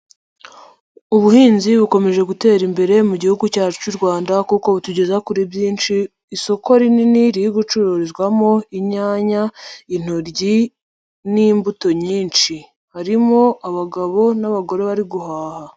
Ubuhinzi bukomeje gutera imbere mu gihugu cyacu cy'u Rwanda kuko butugeza kuri byinshi, isoko rinini riri gucururizwamo inyanya, intoryi ,n'imbuto nyinshi. Harimo abagabo n'abagore bari guhaha.